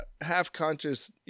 half-conscious